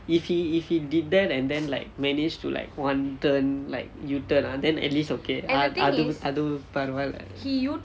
if he if he didn't and then like manage to like one turn like U-turn ah then at least okay lah அது அது பரவாயில்லை:athu athu paravaayillai